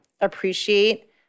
appreciate